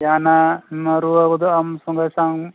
ᱡᱟᱦᱟᱱᱟᱜ ᱱᱚᱣᱟ ᱨᱩᱣᱟᱹ ᱜᱚᱫᱚᱜ ᱟᱢ ᱥᱚᱝᱜᱮ ᱥᱚᱝ